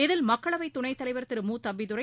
இதில் மக்களவை துணைத் தலைவர் திரு மு தம்பிதுரை